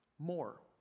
more